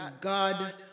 God